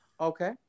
Okay